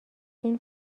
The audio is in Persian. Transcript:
این